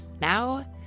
now